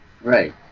Right